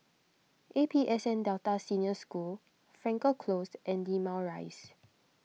A P S N Delta Senior School Frankel Closed and Limau Rise